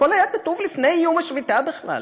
הכול היה כתוב לפני איום השביתה בכלל.